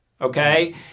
Okay